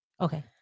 Okay